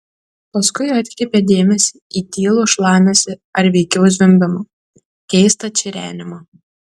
paskui atkreipė dėmesį į tylų šlamesį ar veikiau zvimbimą keistą čirenimą